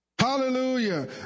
Hallelujah